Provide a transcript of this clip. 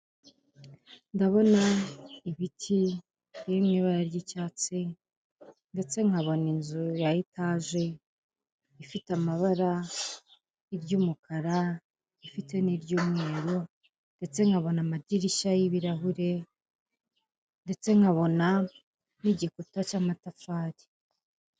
Ndabona ibiti birimo ibara ry' icyatsi ndetse nkabona inzu ya etaje ifite amabara; iryumukara, iryumweru ndetse nkabona amadirishya y' ibirahure ndetse nkabona n' igikuta cy' amatafari.